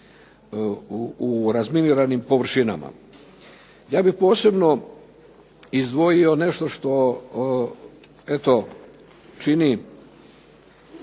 u razminiram površinama. Ja bih posebno izdvojio nešto što eto